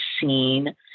seen